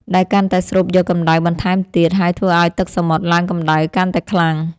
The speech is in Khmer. ដែលកាន់តែស្រូបយកកម្ដៅបន្ថែមទៀត ហើយធ្វើឱ្យទឹកសមុទ្រឡើងកម្ដៅកាន់តែខ្លាំង។